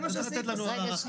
אתה צריך לתת לנו הערכה,